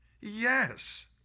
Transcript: Yes